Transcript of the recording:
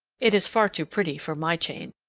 it is far too pretty for my chain.